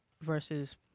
versus